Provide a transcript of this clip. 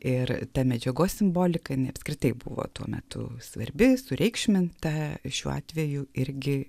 ir ta medžiagos simbolika apskritai buvo tuo metu svarbi sureikšminta šiuo atveju irgi